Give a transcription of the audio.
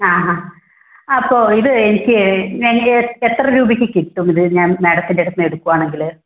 ആ ആ അപ്പോൾ ഇത് എനിക്ക് എത്ര രൂപയ്ക്ക് കിട്ടും ഇത് ഞാൻ മാഡത്തിൻ്റെ അടുത്തു നിന്ന് എടുക്കുകയാണെങ്കിൽ